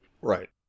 Right